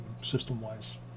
system-wise